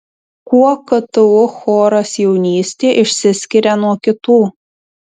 kuo ktu choras jaunystė išsiskiria nuo kitų